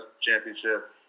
Championship